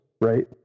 right